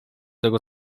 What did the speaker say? tego